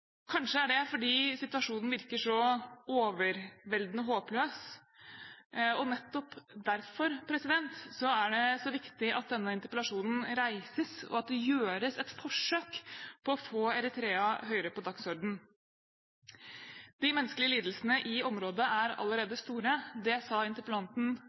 Kanskje er det fordi situasjonen virker så overveldende håpløs. Nettopp derfor er det så viktig at denne interpellasjonen reises, og at det gjøres et forsøk på å få Eritrea høyere opp på dagsordenen. De menneskelige lidelsene i området er allerede store. Det sa interpellanten